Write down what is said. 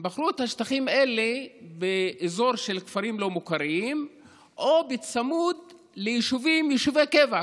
הם בחרו את השטחים האלה באזור של כפרים לא מוכרים או צמוד ליישובי קבע,